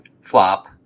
flop